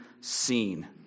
seen